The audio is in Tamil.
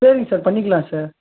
சரிங்க சார் பண்ணிக்கலாம் சார்